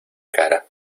cara